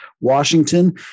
Washington